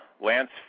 Lance